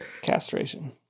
Castration